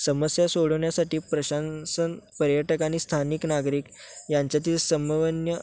समस्या सोडवण्यासाठी प्रशासन पर्यटक आणि स्थानिक नागरिक यांच्यातील समन्वय